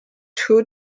two